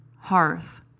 hearth